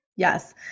Yes